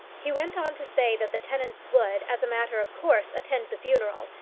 he went on to say that the tenants would, as a matter of course, attend the funeral,